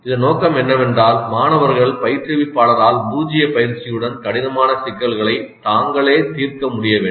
இதன் நோக்கம் என்னவென்றால் மாணவர்கள் பயிற்றுவிப்பாளரால் பூஜ்ஜிய பயிற்சியுடன் கடினமான சிக்கல்களைத் தாங்களே தீர்க்க முடிய வேண்டும்